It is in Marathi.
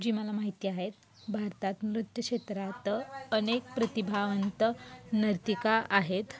जी मला माहिती आहेत भारतात नृत्यक्षेत्रात अनेक प्रतिभावंत नर्तिका आहेत